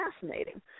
fascinating